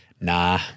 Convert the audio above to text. Nah